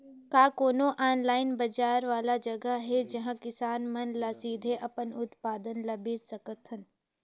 का कोनो ऑनलाइन बाजार वाला जगह हे का जहां किसान मन ल सीधे अपन उत्पाद ल बेच सकथन?